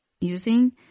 using